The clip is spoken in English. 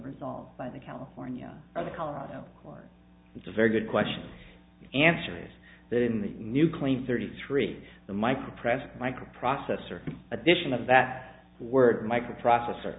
resolved by the california or the colorado it's a very good question answers that in the new clean thirty three the micro present microprocessor edition of that word microprocessor